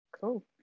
Cool